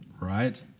Right